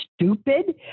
stupid